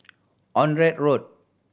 Onraet Road